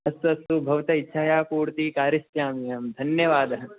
अस्तु अस्तु भवत इच्छाया पूर्तिः कारिष्यामि अहं धन्यवादः